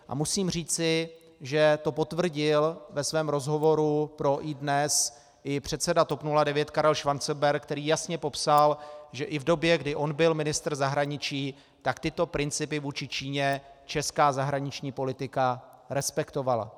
A musím říci, že to potvrdil ve svém rozhovoru pro iDNES i předseda TOP 09 Karel Schwarzenberg, který jasně popsal, že i v době, kdy on byl ministr zahraničí, tyto principy vůči Číně česká zahraniční politika respektovala.